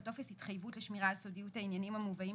על טופס התחייבות לשמירה על סודיות העניינים המובאים